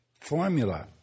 formula